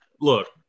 look